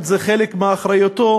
זה חלק מאחריותו.